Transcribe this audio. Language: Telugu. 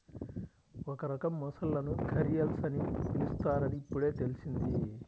ఒక రకం మొసళ్ళను ఘరియల్స్ అని పిలుస్తారని ఇప్పుడే తెల్సింది